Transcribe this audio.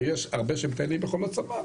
ויש הרבה שמטיילים בחולות סמר,